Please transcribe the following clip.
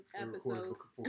episodes